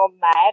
mad